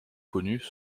connus